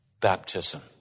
baptism